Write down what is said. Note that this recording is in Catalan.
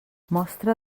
mostra